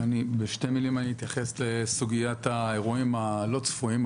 בכמה מילים אני אתייחס לסוגיית האירועים הלא-צפויים,